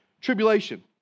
tribulation